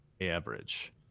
average